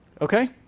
Okay